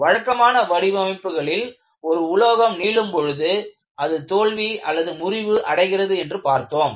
வழக்கமான வடிவமைப்புகளில் ஒரு உலோகம் நீளும் போது அது தோல்வி முறிவு அடைகிறது என்று பார்த்தோம்